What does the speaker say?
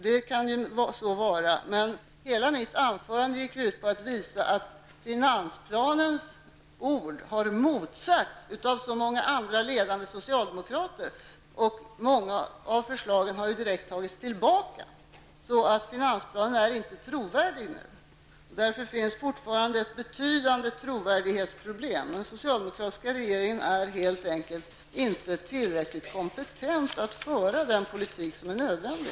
Det må så vara, men hela mitt tidigare anförande gick ut på att visa att finansplanens ord har motsagts av så många andra ledande socialdemokrater. Många av förslagen har direkt tagits tillbaka, och finansplanen är nu inte trovärdig. Det finns därför fortfarande ett betydande trovärdighetsproblem. Den socialdemokratiska regeringen är helt enkelt inte tillräckligt kompetent att föra den politik som är nödvändig.